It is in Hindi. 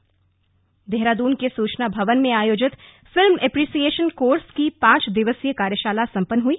समपन्न देहराद्न के सूचना भवन में आयोजित फिल्म एप्रिसियेशन कोर्स की पांच दिवसीय कार्यशाला सम्पन्न हुई